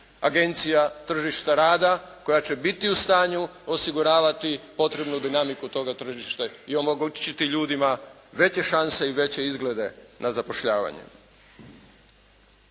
agencija tržišta rada koja će biti u stanju osiguravati potrebnu dinamiku toga tržišta i omogućiti ljudima veće šanse i veće izglede na zapošljavanje.